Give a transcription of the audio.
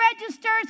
registers